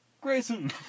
Grayson